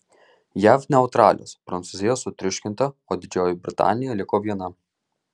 jav neutralios prancūzija sutriuškinta o didžioji britanija liko viena